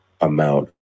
amount